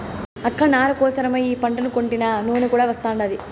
అక్క నార కోసరమై ఈ పంటను కొంటినా నూనె కూడా వస్తాండాది